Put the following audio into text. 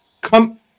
Come